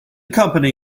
company